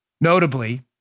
Notably